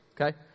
Okay